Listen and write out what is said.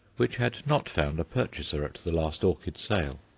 which had not found a purchaser at the last orchid sale.